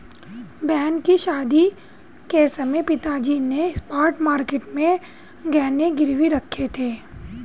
बहन की शादी के समय पिताजी ने स्पॉट मार्केट में गहने गिरवी रखे थे